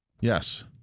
Yes